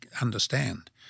understand